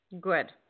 Good